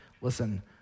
listen